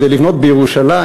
כדי לבנות בירושלים,